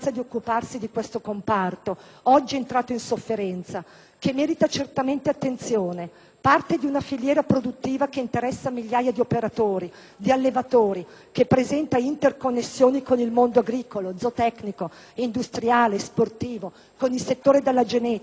che merita certamente attenzione, parte di una filiera produttiva che interessa migliaia di operatori, di allevatori, che presenta interconnessioni con il mondo agricolo, zootecnico, industriale, sportivo, con il settore della genetica, patrimonio di prestigio e di tradizione per il nostro Paese,